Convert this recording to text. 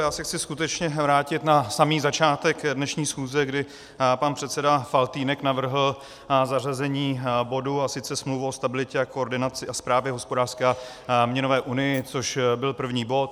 Já se chci skutečně vrátit na samý začátek dnešní schůze, kdy pan předseda Faltýnek navrhl zařazení bodu, a sice Smlouvy o stabilitě, koordinaci a správě v hospodářské a měnové unii, což byl první bod.